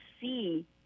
see